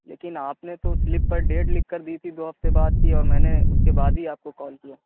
لیکن آپ نے تو سلیپ پر ڈیٹ لکھ کر دی تھی دو ہفتے بعد کی اور میں نے اس کے بعد ہی آپ کو کال کیا